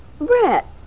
Brett